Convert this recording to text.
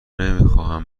نمیخواهم